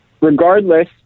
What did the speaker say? regardless